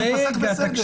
הוא פסק בסדר.